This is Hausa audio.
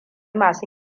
masu